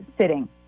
sitting